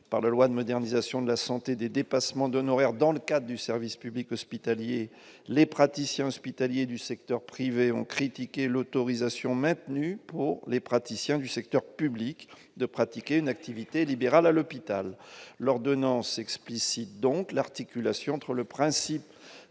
par la loi de modernisation de la santé des dépassements d'honoraires dans le cadre du service public hospitalier les praticiens hospitaliers du secteur privé ont critiqué l'autorisation maintenue pour les praticiens du secteur public de pratiquer une activité libérale à l'hôpital, l'ordonnance explicite donc l'articulation entre le principe